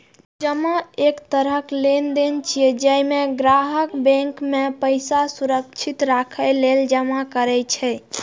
जमा एक तरह लेनदेन छियै, जइमे ग्राहक बैंक मे पैसा सुरक्षित राखै लेल जमा करै छै